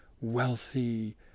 wealthy